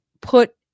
put